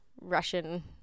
Russian